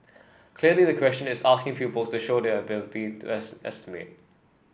clearly the question is asking pupils to show their ability to es estimate